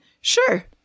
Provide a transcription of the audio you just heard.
sure